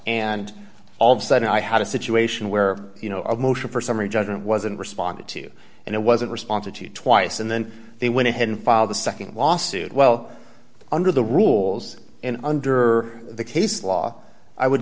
and all of sudden i had a situation where you know a motion for summary judgment wasn't responded to and it wasn't responsive to twice and then they went ahead and file the nd lawsuit well under the rules and under the case law i would